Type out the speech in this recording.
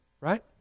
right